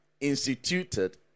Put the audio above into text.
instituted